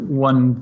one